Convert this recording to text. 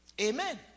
Amen